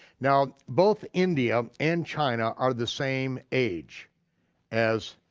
now, both india and china are the same age as